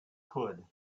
could